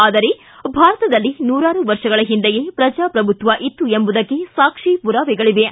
ಆದರೆ ಭಾರತದಲ್ಲಿ ನೂರಾರು ವರ್ಷಗಳ ಹಿಂದೆಯೇ ಪ್ರಜಾಪ್ರಭುತ್ವ ಇತ್ತು ಎಂಬುದಕ್ಕೆ ಸಾಕ್ಷಿ ಪುರಾವೆಗಳಿವೆ